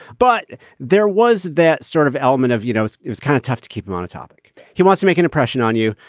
but there was that sort of element of you know it was kind of tough to keep him on a topic he wants to make an impression on you.